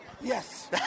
Yes